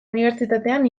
unibertsitatean